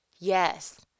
Yes